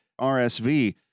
RSV